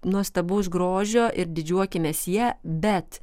nuostabaus grožio ir didžiuokimės ja bet